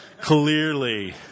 clearly